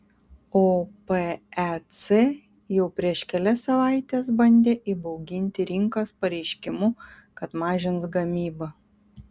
opec jau prieš kelias savaites bandė įbauginti rinkas pareiškimu kad mažins gamybą